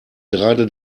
gerade